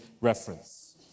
reference